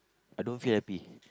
I don't feel happy